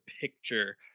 picture